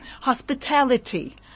hospitality